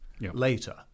Later